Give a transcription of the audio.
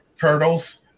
Turtles